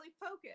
focus